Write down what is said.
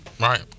Right